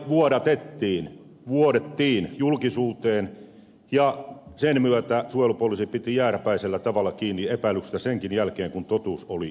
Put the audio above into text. esitutkinta vuodettiin julkisuuteen ja sen myötä suojelupoliisi piti jääräpäisellä tavalla kiinni epäilyksestä senkin jälkeen kun totuus oli selvinnyt